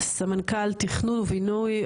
סמנכ"ל תכנון ובינוי,